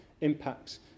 impacts